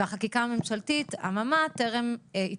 אממה, החקיקה הממשלתית טרם הצטרפה.